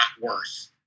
worse